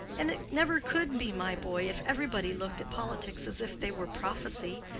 and it never could be, my boy, if everybody looked at politics as if they were prophecy,